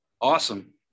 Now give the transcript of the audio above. Awesome